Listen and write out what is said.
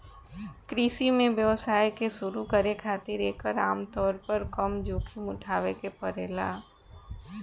कृषि में व्यवसाय के शुरू करे खातिर एकर आमतौर पर कम जोखिम उठावे के पड़ेला